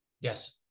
Yes